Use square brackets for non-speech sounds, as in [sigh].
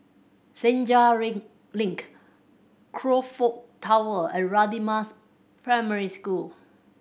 Senja [unintelligible] Link Crockford Tower and Radin Mas Primary School